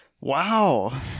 wow